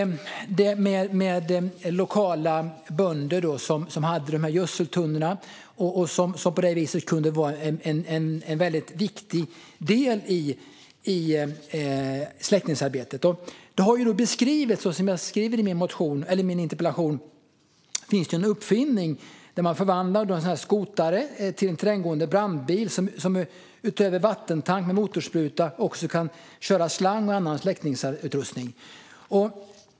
Det var lokala bönder som hade gödseltunnor och på det viset kunde vara en viktig del i släckningsarbetet. Som jag beskriver i min interpellation finns det en uppfinning där man förvandlar en sådan här skotare till en terränggående brandbil som utöver vattentank med motorspruta också kan köra slang och annan släckningsutrustning.